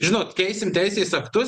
žinot keisim teisės aktus